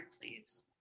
please